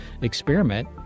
experiment